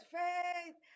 faith